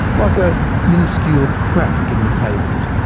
like a miniscule crack in the pavement.